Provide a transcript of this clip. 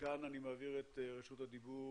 אני מעביר את רשות הדיבור